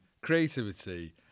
creativity